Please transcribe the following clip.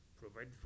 provide